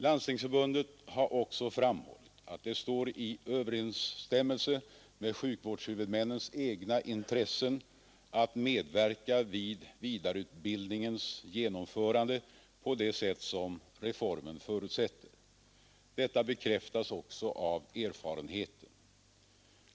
Landstingsförbundet har också framhållit att det står i överensstämmelse med sjukvårdshuvudmännens egna intressen att medverka vid vidareutbildningens genomförande på det sätt som reformen förutsätter. Detta bekräftas också av erfarenheten.